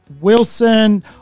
Wilson